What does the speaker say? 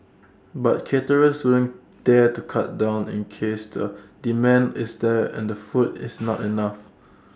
but caterers wouldn't dare to cut down in case the demand is there and food is not enough